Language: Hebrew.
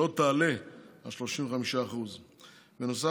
שלא תעלה על 35%. בנוסף,